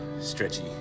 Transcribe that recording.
stretchy